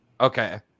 okay